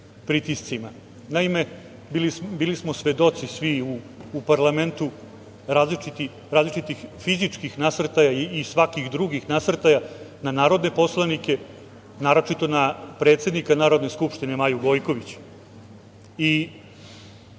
Naime, bili smo svi svedoci u parlamentu, različitih fizičkih nasrtaja i svakih drugih nasrtaja na narodne poslanike, naročito na predsednika Narodne skupštine, Maju Gojković. Zaista